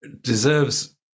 deserves